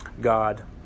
God